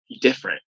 different